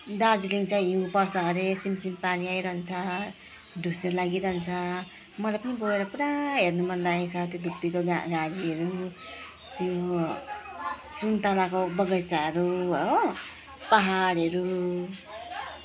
दार्जिलिङ चाहिँ हिउँ पर्छ अरे सिमसिम पानी आइरन्छ डुसे लागिरहन्छ मलाई पनि गएर पुरा हेर्नु मनलागेको छ त्यो धुपीको घा घारीहरू त्यो सुन्तलाको बगैँचाहरू हो पाहाडहरू